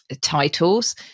titles